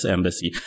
Embassy